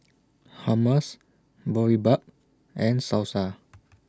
Hummus Boribap and Salsa